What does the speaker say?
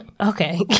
Okay